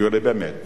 היו אלה באמת